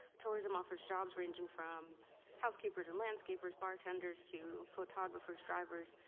tourism offers jobs ranging from housekeepers and landscapers, bartenders to photographers, drivers,